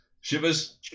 Shivers